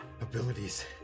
abilities